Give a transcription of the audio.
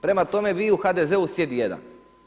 Prema tome, vi u HDZ-u sjedi jedan.